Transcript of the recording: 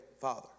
father